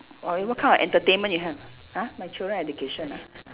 orh what kind of entertainment you have !huh! my children education ah